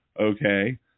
Okay